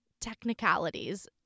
technicalities